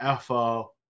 FO